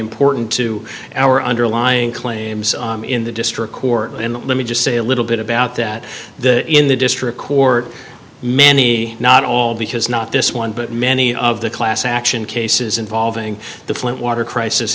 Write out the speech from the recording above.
important to our underlying claims in the district court and let me just say a little bit about that the in the district court many not all because not this one but many of the class action cases involving the flint water crisis